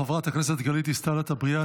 חברת הכנסת גלית דיסטל אטבריאן,